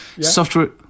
software